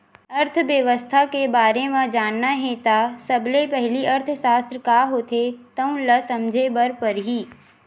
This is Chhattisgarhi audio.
अर्थबेवस्था के बारे म जानना हे त सबले पहिली अर्थसास्त्र का होथे तउन ल समझे बर परही